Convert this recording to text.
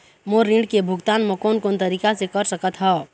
मोर ऋण के भुगतान म कोन कोन तरीका से कर सकत हव?